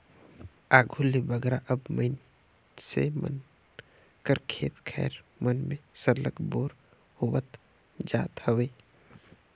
आघु ले बगरा अब मइनसे मन कर खेत खाएर मन में सरलग बोर होवत जात हवे